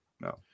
no